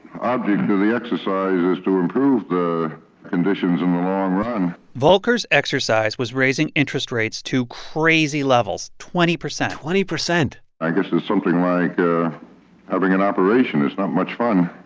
object of the the exercise is to improve the conditions in the long run volcker's exercise was raising interest rates to crazy levels twenty percent twenty percent i guess it's something like having an operation. it's not much fun.